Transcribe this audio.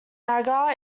nagar